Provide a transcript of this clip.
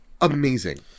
Amazing